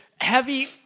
heavy